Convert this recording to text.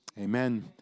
Amen